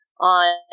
On